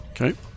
okay